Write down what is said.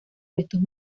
restos